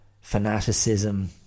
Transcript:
fanaticism